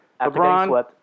LeBron